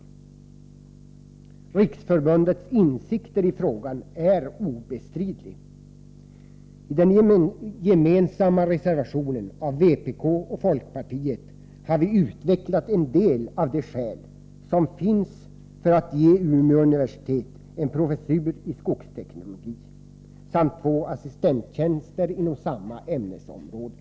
Riksförbundets insikter i frågan är obestridlig. I den gemensamma reservationen från vpk och folkpartiet har vi utvecklat en del av de skäl som finns för att ge Umeå universitet en professur i skogsteknologi samt två assistenttjänster inom samma ämnesområde.